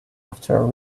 after